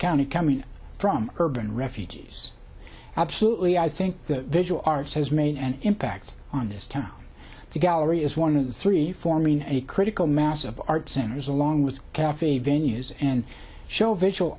county coming from urban refugees absolutely i think the visual arts has made an impact on this town to gallery is one of the three forming a critical mass of art centers along with caf venues and show visual